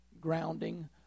grounding